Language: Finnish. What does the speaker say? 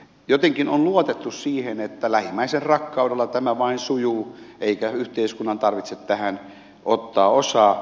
jotenkin on luotettu siihen että lähimmäisenrakkaudella tämä vain sujuu eikä yhteiskunnan tarvitse tähän ottaa osaa